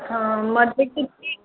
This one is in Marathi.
ह म्हणजे किती